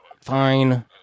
Fine